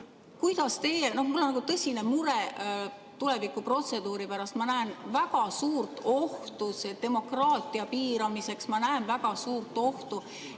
läbi arutada. Mul on tõsine mure tulevikuprotseduuri pärast, ma näen väga suurt ohtu demokraatia piiramiseks. Ma näen väga suurt ohtu,